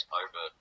over